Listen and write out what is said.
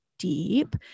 deep